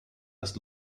das